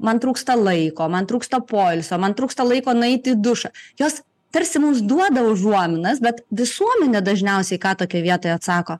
man trūksta laiko man trūksta poilsio man trūksta laiko nueiti į dušą jos tarsi mums duoda užuominas bet visuomenė dažniausiai ką tokioj vietoj atsako